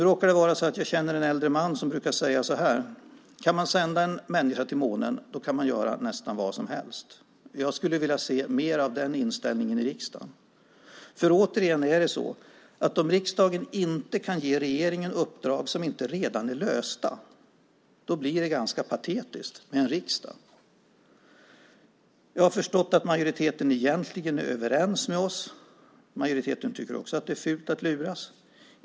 Jag råkar känna en äldre man som brukar säga: Kan man sända en människa till månen kan man göra nästan vad som helst. Jag skulle vilja se mer av den inställningen i riksdagen. Om riksdagen, återigen, inte kan ge regeringen uppdrag som inte redan är lösta blir det ganska patetiskt med en riksdag. Jag har förstått att majoriteten egentligen är överens med oss. Majoriteten tycker också att det är fult att luras.